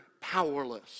powerless